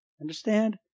Understand